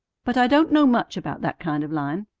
but i don't know much about that kind of line.